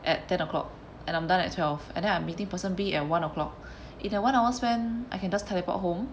at ten o'clock and I'm done at twelve and then I'm meeting person B at one o'clock in that one hour span I can just teleport home